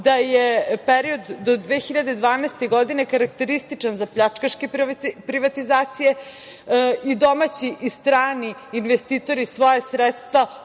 da je period do 2012. godine karakterističan za pljačkaške privatizacije i domaći i strani investitori svoja sredstva